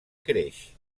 creix